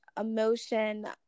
emotion